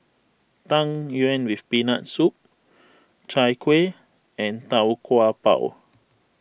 Tang Yuen with Peanut Soup Chai Kueh and Tau Kwa Pau